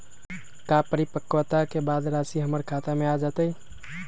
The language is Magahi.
का परिपक्वता के बाद राशि हमर खाता में आ जतई?